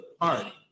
party